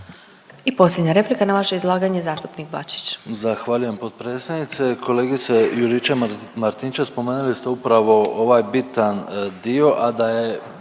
I posljednja replika na vaše izlaganje, zastupnik Bačić.